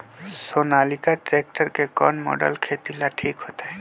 Sonalika tractor के कौन model खेती ला ठीक होतै?